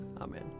Amen